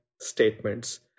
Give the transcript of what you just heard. statements